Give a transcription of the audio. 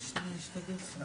זאת מטרת המעבר הזה.